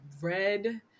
red